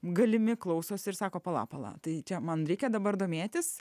galimi klausosi ir sako pala pala tai čia man reikia dabar domėtis